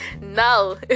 no